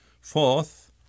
Fourth